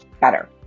better